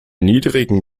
niedrigen